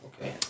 okay